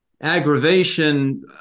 aggravation